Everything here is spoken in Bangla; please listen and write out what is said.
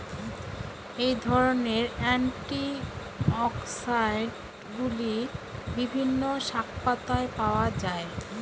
এই ধরনের অ্যান্টিঅক্সিড্যান্টগুলি বিভিন্ন শাকপাতায় পাওয়া য়ায়